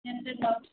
ഞണ്ട് ഉണ്ടാവും